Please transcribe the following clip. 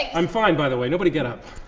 i'm fine, by the way. nobody get up.